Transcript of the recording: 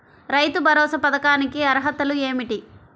రైతు భరోసా పథకానికి అర్హతలు ఏమిటీ?